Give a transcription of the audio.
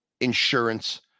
insurance